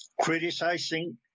criticizing